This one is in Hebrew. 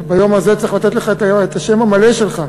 ביום הזה צריך לתת לך את השם המלא שלך,